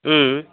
ம்